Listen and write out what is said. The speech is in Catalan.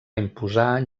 imposar